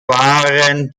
waren